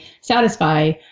satisfy